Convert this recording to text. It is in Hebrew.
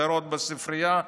בספרייה,